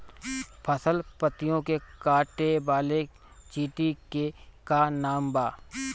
फसल पतियो के काटे वाले चिटि के का नाव बा?